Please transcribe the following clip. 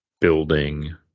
building